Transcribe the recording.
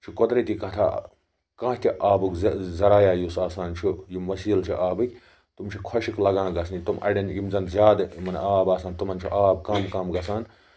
یہِ چھِ قۄدرٔتی کَتھا کانٛہہ تہِ آبُک ذرایعہ یُس آسان چھُ یِم ؤسیٖل چھِ آبٕکۍ تُم چھِ خۄشک لاگان گَژھنہٕ اَڑٮ۪ن یِم زَن یِمَن زیادٕ آب آسان تِمن چھُ آب کَم کَم گَژھان